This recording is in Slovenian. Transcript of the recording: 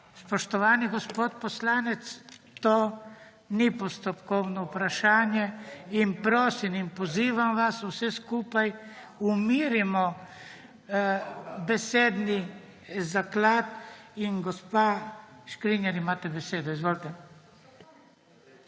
Spoštovani gospod poslanec, to ni postopkovno vprašanje. Prosim in pozivam vas vse skupaj, umirimo besedni zaklad. Gospa Škrinjar, imate besedo, izvolite.